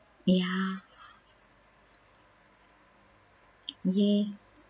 ya !yay!